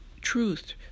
truth